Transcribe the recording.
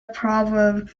problem